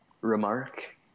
remark